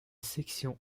section